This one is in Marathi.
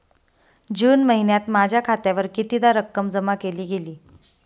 जून महिन्यात माझ्या खात्यावर कितीदा रक्कम जमा केली गेली?